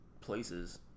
places